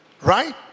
Right